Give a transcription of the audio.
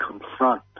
confront